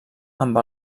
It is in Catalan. amb